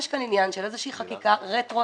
יש כאן עניין של איזושהי חקיקה רטרואקטיבית